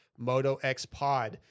MotoXPod